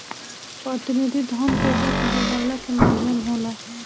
प्रतिनिधि धन पईसा के बदलला के माध्यम होला